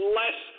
less